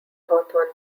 hawthorne